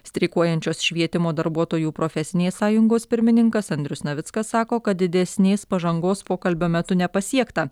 streikuojančios švietimo darbuotojų profesinės sąjungos pirmininkas andrius navickas sako kad didesnės pažangos pokalbio metu nepasiekta